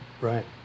Right